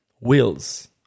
wheels